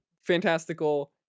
fantastical